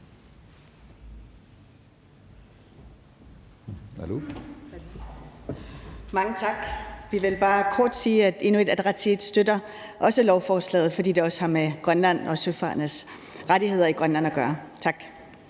Mange tak. Vi vil bare kort sige, at Inuit Ataqatigiit også støtter lovforslaget, fordi det også har med Grønland og søfarendes rettigheder i Grønland at gøre. Tak.